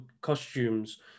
costumes